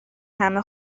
همه